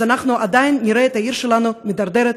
אנחנו עדיין נראה את העיר שלנו מידרדרת,